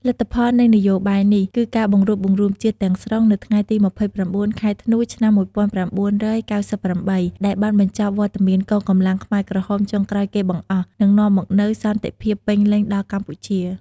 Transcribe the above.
លទ្ធផលនៃនយោបាយនេះ គឺការបង្រួបបង្រួមជាតិទាំងស្រុងនៅថ្ងៃទី ២៩ ខែធ្នូ ឆ្នាំ ១៩៩៨ ដែលបានបញ្ចប់វត្តមានកងកម្លាំងខ្មែរក្រហមចុងក្រោយគេបង្អស់ និងនាំមកនូវសន្តិភាពពេញលេញដល់កម្ពុជា។